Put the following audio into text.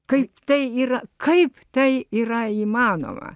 kaip tai yra kaip tai yra įmanoma